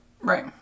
right